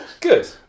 Good